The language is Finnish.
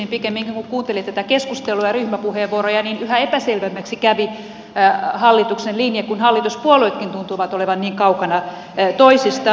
pikemminkin kun kuuntelin tätä keskustelua ja ryhmäpuheenvuoroja yhä epäselvemmäksi kävi hallituksen linja kun hallituspuolueetkin tuntuivat olevan niin kaukana toisistaan